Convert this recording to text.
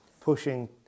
pushing